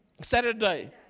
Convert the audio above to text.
Saturday